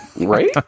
Right